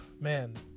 Man